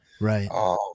Right